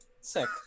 Sick